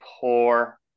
poor